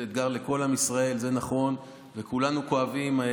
זה אתגר לכל עם ישראל, זה נכון, וכולנו כואבים.